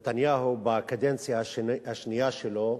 שנתניהו בקדנציה השנייה שלו,